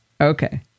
Okay